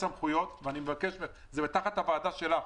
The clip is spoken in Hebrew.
והוא תחת הוועדה שלך,